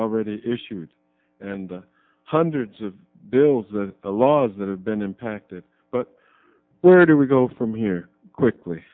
already issued and hundreds of bills the laws that have been impacted but where do we go from here quickly